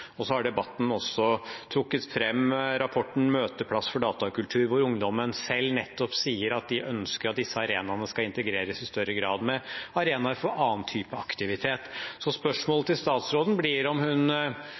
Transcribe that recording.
debatten er også rapporten Møteplass Datakultur trukket fram, hvor ungdommen selv nettopp sier at de ønsker at disse arenaene skal integreres i større grad med arenaer for annen type aktivitet. Spørsmålet til statsråden blir om hun